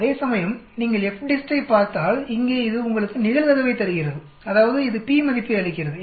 அதேசமயம் நீங்கள் FDIST ஐப் பார்த்தால் இங்கே இது உங்களுக்கு நிகழ்தகவைத் தருகிறது அதாவதுஇது p மதிப்பை அளிக்கிறது